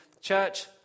church